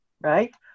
right